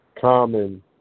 common